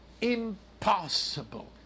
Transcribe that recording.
Impossible